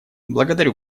благодарю